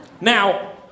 Now